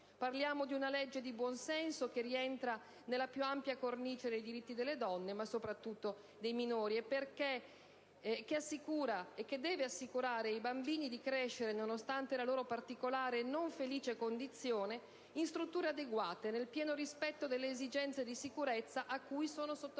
Parliamo di una legge di buonsenso che rientra nella più ampia cornice dei diritti delle donne, ma soprattutto dei minori e che assicura ai bambini di crescere, nonostante la loro particolare e non felice condizione, in strutture adeguate, nel pieno rispetto delle esigenze di sicurezza a cui sono sottoposte